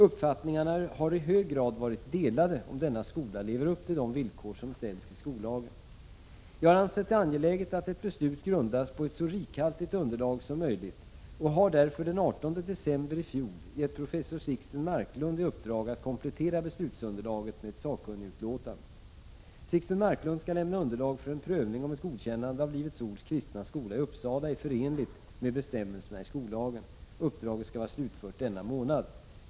Uppfattningarna har i hög grad varit delade om denna skola lever upp till de villkor som ställs i skollagen. Jag har ansett det angeläget att ett beslut grundas på ett så rikhaltigt underlag som möjligt och har därför den 18 december 1986 gett professor Sixten Marklund i uppdrag att komplettera beslutsunderlaget med ett sakkunnigutlåtande. Sixten Marklund skall lämna underlag för en prövning om ett godkännande av Livets Ords Kristna Skola i Uppsala är förenligt med bestämmelserna i skollagen. Uppdraget skall vara slutfört denna månad.